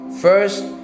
First